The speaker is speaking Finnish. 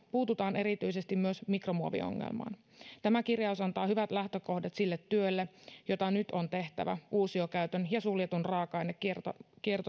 puututaan myös erityisesti mikromuoviongelmaan tämä kirjaus antaa hyvät lähtökohdat sille työlle jota nyt on tehtävä uusiokäytön ja suljetun raaka ainekierron